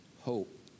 Hope